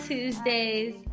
Tuesdays